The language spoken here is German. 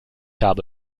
habe